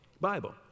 Bible